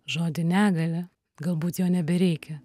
žodį negalia galbūt jo nebereikia